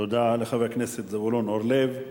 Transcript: תודה רבה לחבר הכנסת זבולון אורלב.